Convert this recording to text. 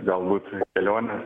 galbūt kelionę